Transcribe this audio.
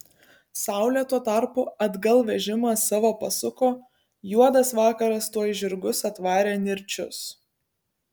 saulė tuo tarpu atgal vežimą savo pasuko juodas vakaras tuoj žirgus atvarė nirčius